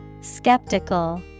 Skeptical